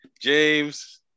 James